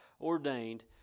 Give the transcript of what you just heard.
ordained